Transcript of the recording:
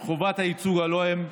חובת הייצוג ההולם,